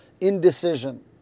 indecision